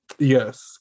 Yes